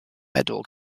medal